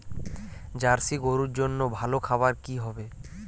Jersey গরুর জন্য ভালো খাবার কি হবে?